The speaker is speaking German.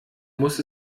muss